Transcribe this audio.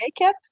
makeup